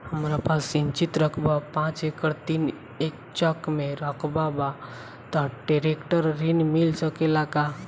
हमरा पास सिंचित रकबा पांच एकड़ तीन चक में रकबा बा त ट्रेक्टर ऋण मिल सकेला का?